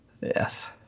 Yes